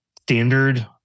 standard